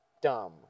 Dumb